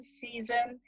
season